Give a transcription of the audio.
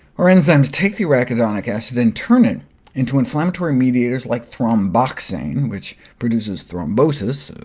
our enzymes take the arachidonic acid and turn it into inflammatory mediators, like thromboxane, which produces thrombosis,